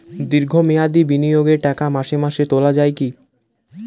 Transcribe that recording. দীর্ঘ মেয়াদি বিনিয়োগের টাকা মাসে মাসে তোলা যায় কি?